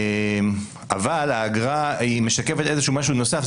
האגרה משקפת משהו נוסף,